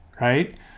right